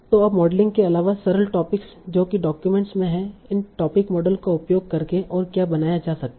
तो अब मॉडलिंग के अलावा सरल टोपिक जो कि डॉक्यूमेंट में हैं इन टोपिक मॉडल का उपयोग करके और क्या बनाया जा सकता है